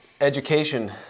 education